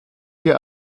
hier